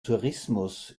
tourismus